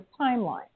timeline